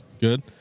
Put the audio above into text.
Good